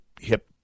hip